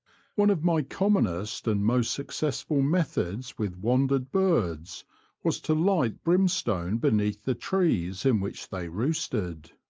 one of my commonest and most successful methods with wandered birds was to light brimstone beneath the trees in which they roosted.